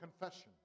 confession